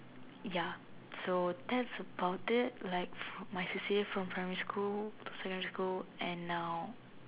ya so that's about it like my C_C_A from primary school secondary school and now